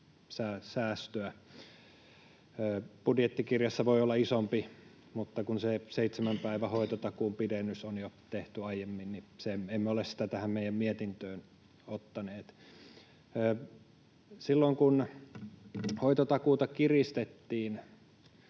säästöä. Budjettikirjassa voi olla isompi, mutta kun se seitsemän päivän hoitotakuun pidennys on jo tehty aiemmin, niin emme ole sitä tähän meidän mietintöömme ottaneet. Silloin kun hoitotakuuta kiristettiin